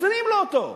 שמחזירים לו אותו.